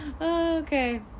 Okay